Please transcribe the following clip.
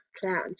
cloud